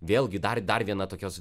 vėlgi dar dar viena tokios